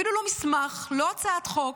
אפילו לא מסמך, לא הצעת חוק,